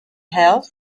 held